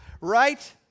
Right